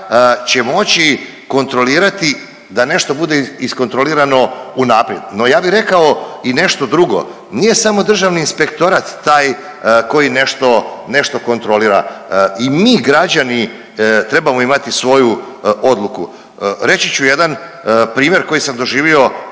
će moći kontrolirati da nešto bude iskontrolirano unaprijed. No ja bi rekao i nešto drugo, nije samo državni inspektorat taj koji nešto, nešto kontrolira i mi građani trebamo imati svoju odluku. Reći ću jedan primjer koji sam doživio